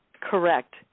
Correct